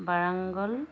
Warangal